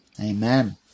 amen